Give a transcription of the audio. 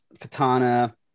katana